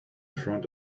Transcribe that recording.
front